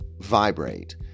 vibrate